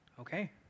Okay